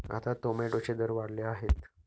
आता टोमॅटोचे दर वाढले आहेत